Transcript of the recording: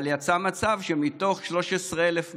אבל יצא מצב שמתוך 13,000 מלגות,